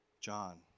John